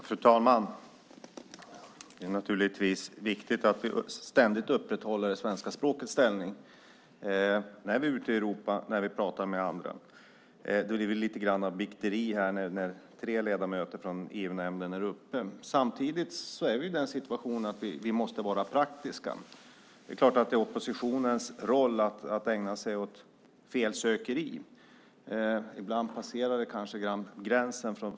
Fru talman! Det är naturligtvis viktigt att vi ständigt upprätthåller svenska språkets ställning när vi är ute i Europa och när vi pratar med andra. Då är det väl lite grann av "bikteri" när tre ledamöter från EU-nämnden är uppe i debatten. Samtidigt måste vi vara praktiska. Det är klart att det är oppositionens roll att ägna sig åt felsökeri. Men ibland passerar det gränsen.